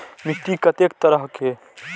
मिट्टी कतेक तरह के?